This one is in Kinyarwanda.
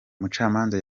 umucamanza